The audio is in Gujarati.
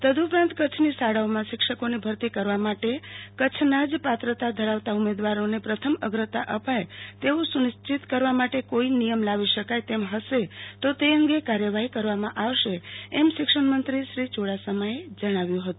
તદ્દપરાંત કચ્છની શળાાઓમાં શિક્ષકોની ભરતી કરવા માટે કચ્છના જ પાત્રતા ધરાવતા ઉમેદવારોને પ્રથમ અગ્રતા અપાય તેવું સુનિશ્ચિત કરવા માટે કોઈ નિયમ લાવી શકાય તેમ હશે તો તે અંગે કાર્યવાહી કરવામાં આવશે એમ શિક્ષણમંત્રી શ્રી ચુડાસમાએ જણાવ્યું હતું